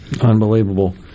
Unbelievable